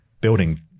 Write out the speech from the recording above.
building